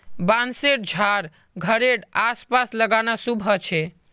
बांसशेर झाड़ घरेड आस पास लगाना शुभ ह छे